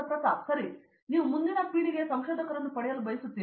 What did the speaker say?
ಪ್ರತಾಪ್ ಹರಿದಾಸ್ ಸರಿ ನಾವು ಮುಂದಿನ ಪೀಳಿಗೆಯ ಸಂಶೋಧಕರನ್ನು ಪಡೆಯಲು ಬಯಸುತ್ತೇವೆ